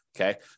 Okay